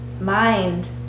mind